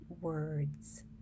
words